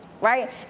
right